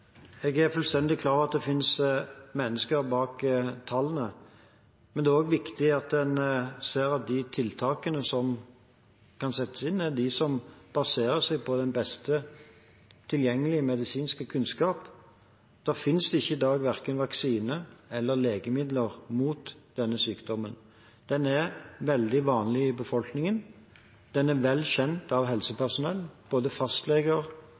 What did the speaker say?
Jeg er fullstendig klar over at det finnes mennesker bak tallene, men det er også viktig at en ser at de tiltakene som kan settes inn, er de som baserer seg på den beste tilgjengelige medisinske kunnskapen. Det finnes ikke i dag verken vaksine eller legemidler mot denne sykdommen. Den er veldig vanlig i befolkningen, den er vel kjent av helsepersonell, både fastleger